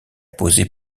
posé